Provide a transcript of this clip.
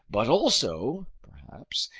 but also, perhaps,